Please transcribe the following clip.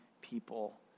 people